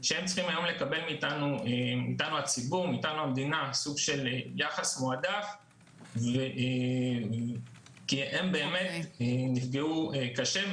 שהם צריכים היום לקבל מן המדינה יחס מועדף כי הם באמת נפגעו קשה.